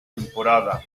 temporada